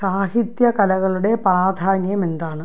സാഹിത്യകലകളുടെ പ്രാധാന്യം എന്താണ്